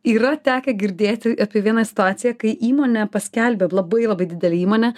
yra tekę girdėti apie vieną situaciją kai įmonė paskelbė labai labai didelė įmonė